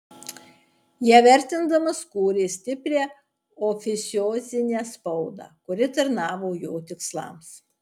ją vertindamas kūrė stiprią oficiozinę spaudą kuri tarnavo jo tikslams